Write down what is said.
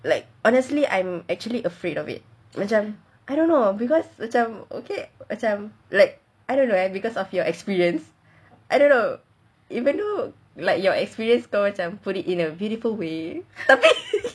like honestly I'm actually afraid of it macam I don't know because macam okay macam I don't know eh because of your experience I don't know even though like you're experienced kau macam put it in a beautiful way